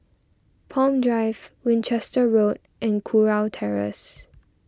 Palm Drive Winchester Road and Kurau Terrace